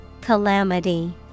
Calamity